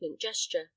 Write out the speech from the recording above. gesture